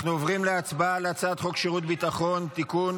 עוברים להצבעה על הצעת חוק שירות ביטחון (תיקון,